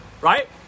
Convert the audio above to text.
right